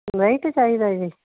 white ਚਾਹੀਦਾ ਜੀ